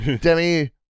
Demi